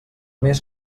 més